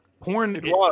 porn